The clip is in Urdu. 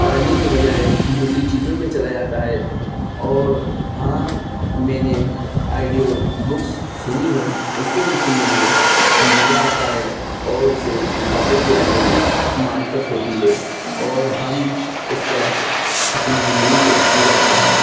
پڑھنے کے بجائے دوسری چیزوں پہ چلا جاتا ہے اور ہاں میں نے آئیڈیو بکس سنی ہے اس کو بھی سننے میں مزہ آتا ہے اور اس سے کتابوں کے بارے میں معرفت ہوتی ہے اور ہم اس پر اپنی زندگی کو گزارتے ہیں